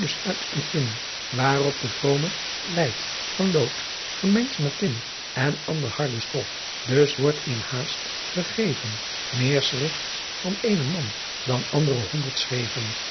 en in waerop de vorme leyd van lood gemengt met tin en ander harde stof dus wordt in haest ghegeven meer schrifts van eenen man dan and're honderd schreven